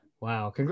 Wow